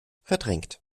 verdrängt